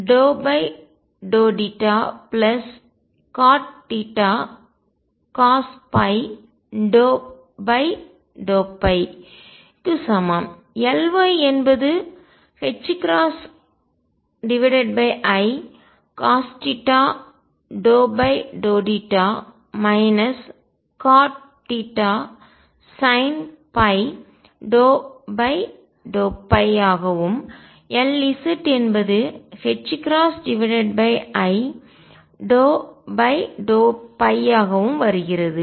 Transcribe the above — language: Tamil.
Ly என்பது icosθ∂θ cotθsinϕ∂ϕ ஆகவும் Lz என்பது i∂ϕஆகவும் வருகிறது